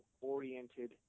oriented